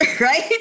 right